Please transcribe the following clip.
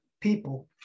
people